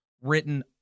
written